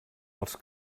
els